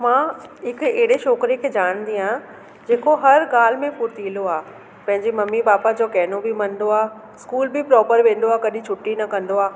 मां हिक अहिड़े छोकिरे जाणदी आहियां जेको हर ॻाल्हि में फुर्तीलो आहे पंहिंजी मम्मी पापा जो कहिनो बि मञदो आहे स्कूल बि प्रोपर वेंदो आहे कॾहिं छुट्टी न कंदो आहे